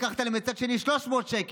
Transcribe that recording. לקחת להם בצד שני 300 שקל,